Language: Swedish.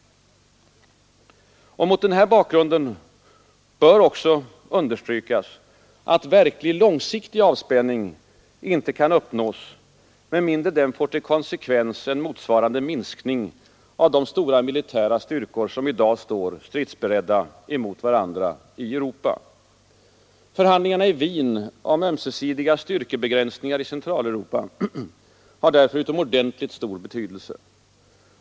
Mot den bakgrunden bör också understrykas, att verklig, långsiktig avspänning icke kan uppnås med mindre den får till konsekvens en motsvarande minskning av de stora militära styrkor som i dag står stridsberedda emot varandra i Europa. Förhandlingarna i Wien om ömsesidiga styrkebegränsningar i Centraleuropa har därför utomordentligt stor betydelse.